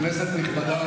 כנסת נכבדה,